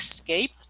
Escape